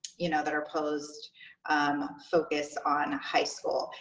you know, that are posed focus on high school.